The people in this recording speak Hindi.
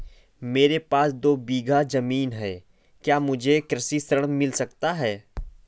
मेरे पास दो बीघा ज़मीन है क्या मुझे कृषि ऋण मिल सकता है?